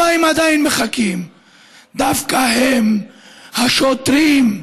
דווקא הם, השוטרים,